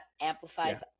amplifies